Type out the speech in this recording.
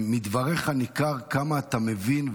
מדבריך ניכר כמה אתה מבין,